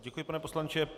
Děkuji, pane poslanče.